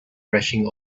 rushing